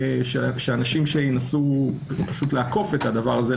שאנשים ינסו פשוט לעקוף את הדבר הזה,